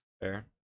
Fair